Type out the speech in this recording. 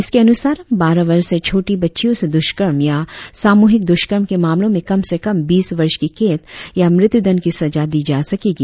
इसके अनुसार बारह वर्ष से छोटी बच्चियों से दुषकर्म या सामूहिक दुषकर्म के मामलों में कम से कम बीस वर्ष की कैद या मृत्युदंड की सजा दी जा सकेगी